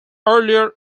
earlier